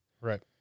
right